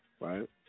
Right